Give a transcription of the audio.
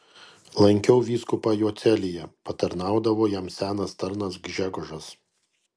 lankiau vyskupą jo celėje patarnaudavo jam senas tarnas gžegožas